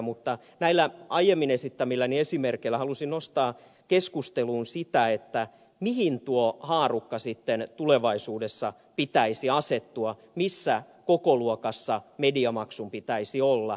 mutta näillä aiemmin esittämilläni esimerkeillä halusin nostaa keskusteluun sitä mihin tuon haarukan sitten tulevaisuudessa pitäisi asettua missä kokoluokassa mediamaksun pitäisi olla